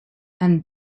and